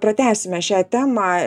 pratęsime šią temą